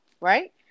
right